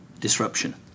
disruption